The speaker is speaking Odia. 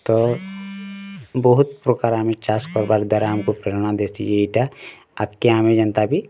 ତ ବହୁତ ପ୍ରକାର୍ ଆମେ ଚାଷ୍ କରିବାର୍ ଦ୍ଵାରା ଆମକୁ ପ୍ରେରଣା ଦେଇସି ଏଇଟା ଆଗକେ ଆମେ ଯେନ୍ତା ବି